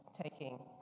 taking